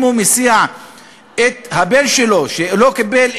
אם הוא מסיע את הבן שלו שלא קיבל אישור,